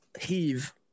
heave